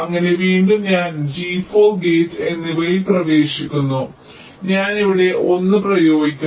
അങ്ങനെ വീണ്ടും ഞാൻ G4 ഗേറ്റ് എന്നിവയിൽ പ്രവേശിക്കുന്നു ഞാൻ ഇവിടെ 1 പ്രയോഗിക്കണം